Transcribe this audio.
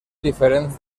diferents